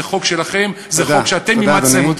זה חוק שלכם, זה חוק שאתם אימצתם.